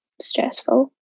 stressful